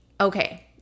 Okay